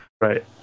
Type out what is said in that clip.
Right